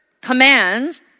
commands